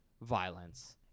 violence